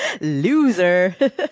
loser